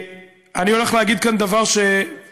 אני הולך להגיד כאן דבר שהצופים,